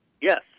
Yes